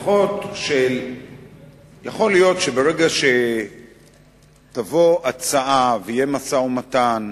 יכול להיות שברגע שתבוא הצעה ויהיה משא-ומתן